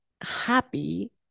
happy